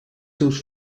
seus